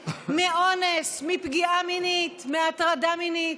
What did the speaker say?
מאונס, מפגיעה מינית, מהטרדה מינית.